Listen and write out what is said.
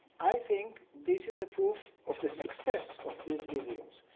i think this is a proof of the success of these idioms.